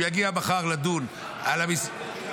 הבנתי.